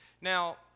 now